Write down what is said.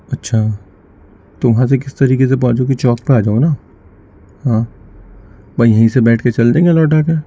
اچھا تو وہاں سے کس طریقے سے پہنچو گے چوک پہ آ جاؤ نا ہاں بس یہیں سے بیٹھ کے چل دیں گے لوٹا کے